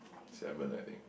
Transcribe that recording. seven I think